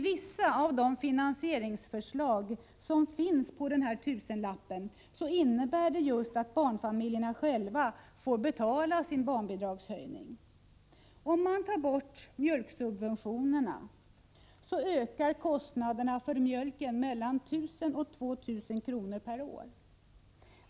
Vissa av de förslag till finansiering av den här tusenlappen som framförts innebär just att barnfamiljerna själva får betala sin barnbidragshöjning. Om man tar bort mjölksubventionerna ökar kostnaderna med mellan 1 000 och 2 000 kr. per år.